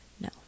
No